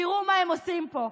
תראו מה הם עושים פה,